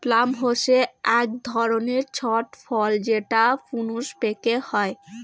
plum হসে আক ধরণের ছট ফল যেটা প্রুনস পেকে হই